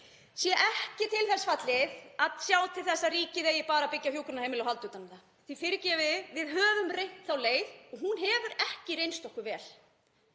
sé ekki til þess fallin að sjá til þess að ríkið eigi bara að byggja hjúkrunarheimili og halda utan um það. Því fyrirgefið þið, við höfum reynt þá leið og hún hefur ekki reynst okkur vel.